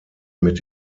mit